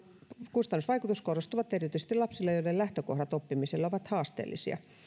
kustannusvaikutus korostuvat erityisesti lapsilla joiden lähtökohdat oppimiselle ovat haasteellisia